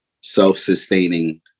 self-sustaining